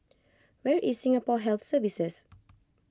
where is Singapore Health Services